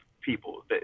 people